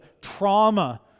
trauma